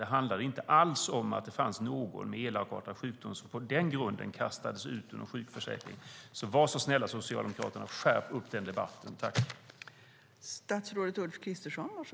Det handlade inte alls om att någon med elakartad sjukdom kastades ut ur någon sjukförsäkring på den grunden. Var snälla och skärp upp den debatten, socialdemokrater!